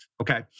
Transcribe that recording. Okay